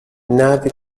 navy